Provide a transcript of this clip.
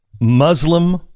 Muslim